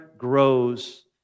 Grows